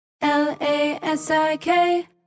L-A-S-I-K